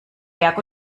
berg